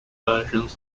versions